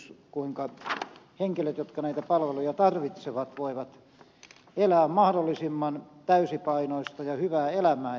tällä on suuri merkitys kuinka henkilöt jotka näitä palveluja tarvitsevat voivat elää mahdollisimman täysipainoista ja hyvää elämää